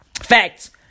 Facts